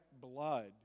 blood